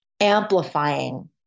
amplifying